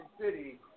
city